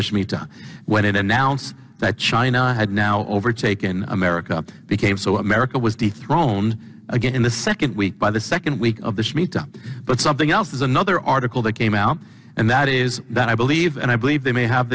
shmita when it announced that china had now overtaken america became so america was dethroned again in the second week by the second week of the shmita but something else is another article that came out and that is that i believe and i believe they may have